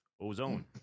Ozone